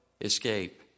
escape